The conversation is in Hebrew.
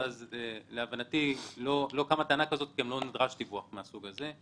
לא קמה טענה כזאת, וגם לא נדרש דיווח מהסוג הזה.